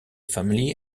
family